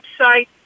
website